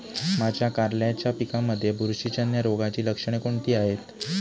माझ्या कारल्याच्या पिकामध्ये बुरशीजन्य रोगाची लक्षणे कोणती आहेत?